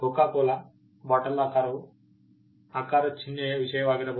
Coca Cola bottle ಆಕಾರವು ಆಕಾರ ಚಿಹ್ನೆಯ ವಿಷಯವಾಗಿರಬಹುದು